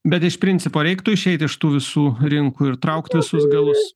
bet iš principo reiktų išeit iš tų visų rinkų ir traukt visus galus